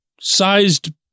sized